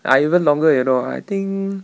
I even longer you know I think